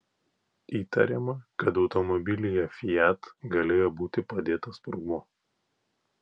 įtariama kad automobilyje fiat galėjo būti padėtas sprogmuo